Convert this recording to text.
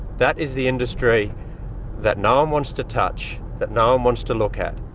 that is the industry that no one wants to touch, that no one wants to look at.